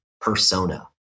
Persona